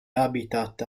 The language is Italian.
habitat